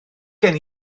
gen